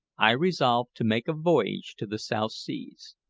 i resolved to make a voyage to the south seas.